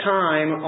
time